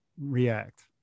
react